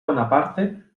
bonaparte